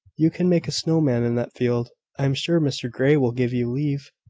you can make a snow-man in that field. i am sure mr grey will give you leave.